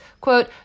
quote